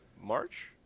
march